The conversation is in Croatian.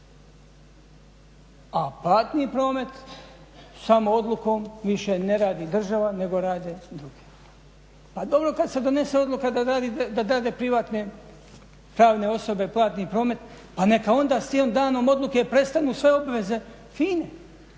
A platni promet samo odlukom više ne radi država nego rade drugi. Pa dobro kad se donese odluka da rade privatne pravne osobe platni promet pa neka onda s tim danom odluke prestanu sve obveze FINA-e.